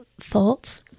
thoughts